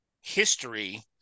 history